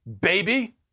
baby